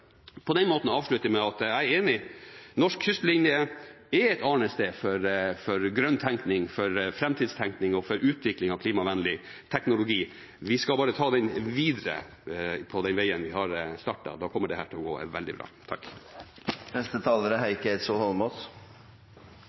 at norsk kystlinje er et arnested for grønn tenkning, for framtidstenkning og for utvikling av klimavennlig teknologi. Vi skal bare ta den videre på den veien vi har startet på. Da kommer dette til å gå veldig bra.